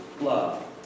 love